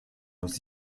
los